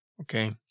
Okay